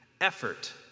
Effort